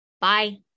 Bye